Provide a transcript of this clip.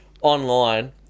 online